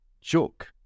joke